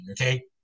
Okay